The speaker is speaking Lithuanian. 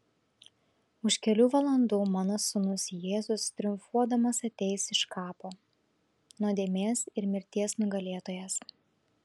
už kelių valandų mano sūnus jėzus triumfuodamas ateis iš kapo nuodėmės ir mirties nugalėtojas